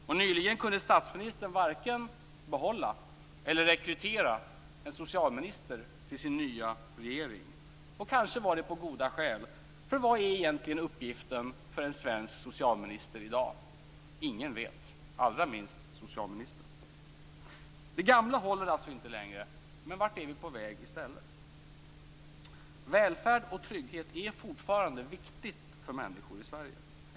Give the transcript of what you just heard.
Och nyligen kunde statsministern varken behålla eller rekrytera en socialminister till sin nya regering. Kanske var det på goda skäl. För vad är egentligen uppgiften för en svensk socialminister i dag? Ingen vet, allra minst socialministern. Det gamla håller alltså inte längre. Men vart är vi på väg i stället? Välfärd och trygghet är fortfarande viktigt för människor i Sverige.